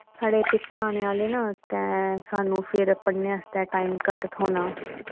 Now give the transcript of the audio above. साढ़े पेपर आने आह्ले न ते सानूं फिर पढ़ने आस्तै टैम घट्ट थ्होना